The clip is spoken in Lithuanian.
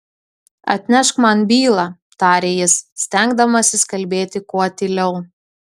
atnešk man bylą tarė jis stengdamasis kalbėti kuo tyliau